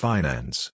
Finance